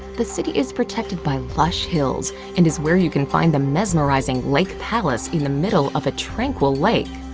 the city is protected by lush hills and is where you can find the mesmerizing lake palace in the middle of a tranquil lake.